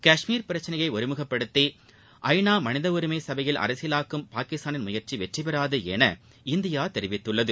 காஷ்மீர் பிரச்சினையை ஒருமுகப்படுத்தி ஐ நா மனிதஉரிமை சபையில் அரசியலாக்கும் பாகிஸ்தானின் முயற்சி வெற்றிபெறாது என இந்தியா தெரிவித்துள்ளது